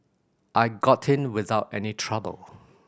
I got in without any trouble